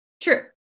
True